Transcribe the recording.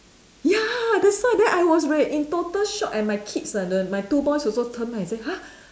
ya that's why then I was like in total shock and my kids ah the my two boys also turn back and then say !huh!